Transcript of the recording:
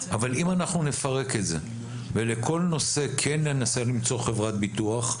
אבל אנחנו יכולים לפרק את זה ולכל נושא ננסה למצוא חברת ביטוח,